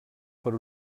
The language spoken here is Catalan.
per